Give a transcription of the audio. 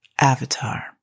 avatar